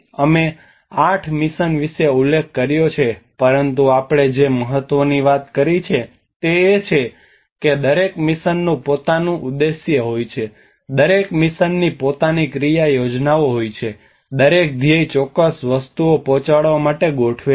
અમે આ આઠ મિશન વિશે ઉલ્લેખ કર્યો છે પરંતુ આપણે જે મહત્ત્વની વાત કરી છે તે એ છે કે દરેક મિશનનું પોતાનું ઉદ્દેશ્ય હોય છે દરેક મિશનની પોતાની ક્રિયા યોજનાઓ હોય છે દરેક ધ્યેય ચોક્કસ વસ્તુઓ પહોંચાડવા માટે ગોઠવે છે